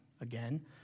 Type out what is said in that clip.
Again